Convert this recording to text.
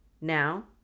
Now